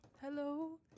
Hello